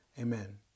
Amen